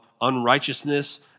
unrighteousness